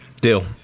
Deal